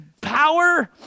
power